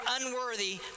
unworthy